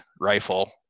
rifle